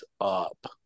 up